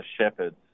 shepherd's